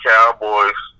Cowboys